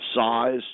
size